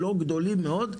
לא גדולים מאוד,